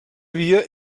via